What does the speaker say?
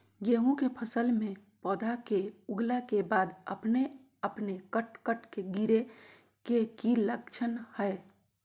गेहूं के फसल में पौधा के उगला के बाद अपने अपने कट कट के गिरे के की लक्षण हय?